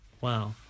Wow